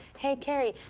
hey, caheri,